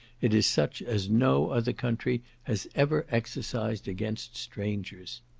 it is such as no other country has ever exercised against strangers.